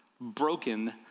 broken